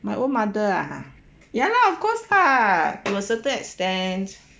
my old mother ah ya lah of course lah to a certain extent